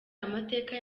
amateka